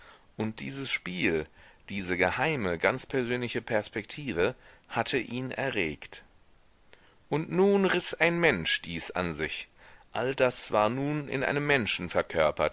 und dieses spiel diese geheime ganz persönliche perspektive hatte ihn erregt und nun riß ein mensch dies an sich all das war nun in einem